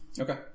Okay